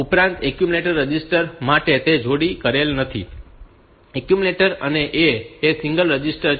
ઉપરાંત accumulator register માટે તે જોડી કરેલ નથી એક્યુમ્યુલેટર અને A એ સિંગલ રજીસ્ટર છે